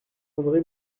andre